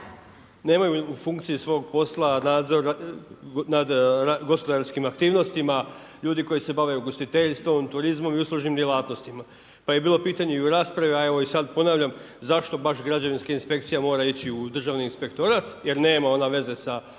nemaju u funkciji svog posla, nadzora nad gospodarskih aktivnostima, ljudi koji se bave ugostiteljstvom, turizmom i uslužnim djelatnostima. Pa je bilo pitanje i u raspravi a evo i sada ponavljam, zašto baš građevinska inspekcija mora ići u državni inspektorat, jer nema ona veze sa